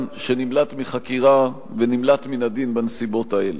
שנמלט מחקירה ונמלט מן הדין בנסיבות האלה.